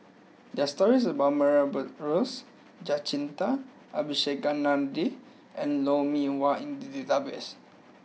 there are stories about Murray Buttrose Jacintha Abisheganaden and Lou Mee Wah in the database